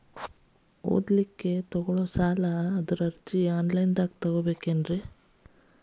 ಓದಲಿಕ್ಕೆ ತಗೊಳ್ಳೋ ಸಾಲದ ಅರ್ಜಿ ಆನ್ಲೈನ್ದಾಗ ತಗೊಬೇಕೇನ್ರಿ?